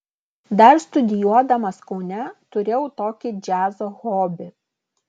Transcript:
dar studijuodamas kaune turėjau tokį džiazo hobį